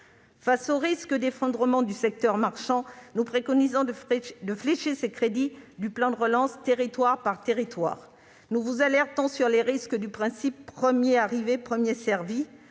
face au risque d'effondrement du secteur marchand, de flécher ces crédits du plan de relance territoire par territoire. Nous vous alertons sur les risques du « premier arrivé, premier servi ».